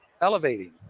elevating